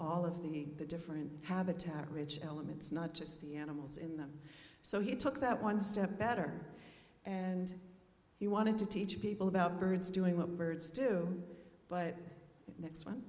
all of the the different habitat rich elements not just the animals in them so he took that one step better and he wanted to teach people about birds doing what birds do but